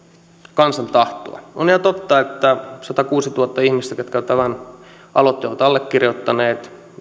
kansan tahtoa on ihan totta että satakuusituhatta ihmistä ketkä tämän aloitteen ovat allekirjoittaneet